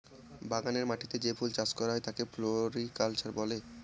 বাগানের মাটিতে যে ফুল চাষ করা হয় তাকে ফ্লোরিকালচার বলে